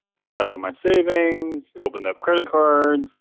took out um my savings, opened up credit cards,